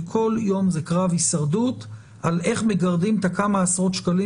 שכל יום זה קרב הישרדות על איך מגרדים את הכמה עשרות שקלים